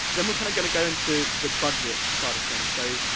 then we're kinda gonna go into the budget side of things, so.